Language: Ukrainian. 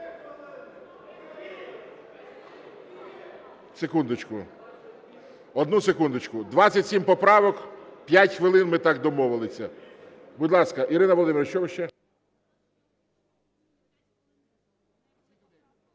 голосування. Одну секундочку, 27 поправок, 5 хвилин – ми так домовилися. Будь ласка, Ірина Володимирівна, що ви ще?